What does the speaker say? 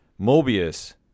Mobius